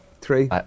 Three